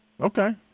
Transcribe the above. Okay